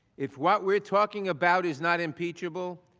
if what we are talking about is not impeachable,